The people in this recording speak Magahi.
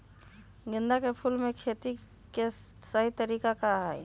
गेंदा के फूल के खेती के सही तरीका का हाई?